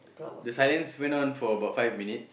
the silence went on for about five minute